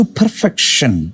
perfection